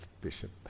Bishop